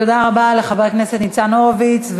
תודה רבה לחבר הכנסת ניצן הורוביץ.